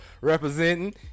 representing